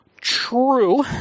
True